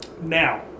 Now